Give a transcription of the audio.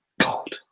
god